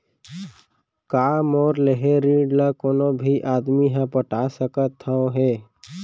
का मोर लेहे ऋण ला कोनो भी आदमी ह पटा सकथव हे?